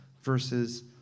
versus